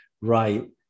right